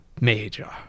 Major